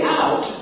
out